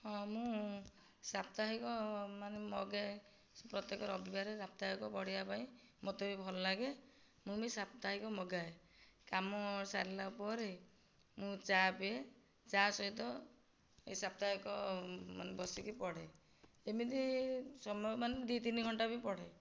ହଁ ମୁଁ ସାପ୍ତାହିକ ମାନେ ମଗାଏ ପ୍ରତ୍ୟେକ ରବିବାର ସାପ୍ତାହିକ ପଢ଼ିବା ପାଇଁ ମୋତେ ବି ଭଲ ଲାଗେ ମୁଁ ବି ସାପ୍ତାହିକ ମଗାଏ କାମ ସାରିଲା ପରେ ମୁଁ ଚା' ପିଏ ଚା' ସହିତ ଏ ସାପ୍ତାହିକ ମାନେ ବସିକି ପଢ଼େ ଏମିତି ସମୟ ମାନେ ଦୁଇ ତିନି ଘଣ୍ଟା ବି ପଢ଼େ